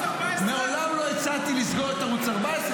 מעולם לא הצעתי לסגור את ערוץ 14,